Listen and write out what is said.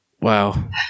Wow